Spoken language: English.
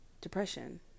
Depression